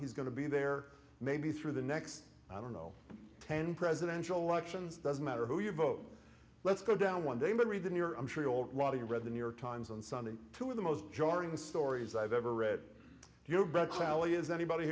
he's going to be there maybe through the next i don't know ten presidential elections doesn't matter who you vote let's go down one damon read the new york i'm sure you already read the new york times on sunday two of the most jarring stories i've ever read your beck's rally is anybody